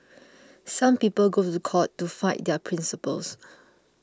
some people go to the court to fight their principles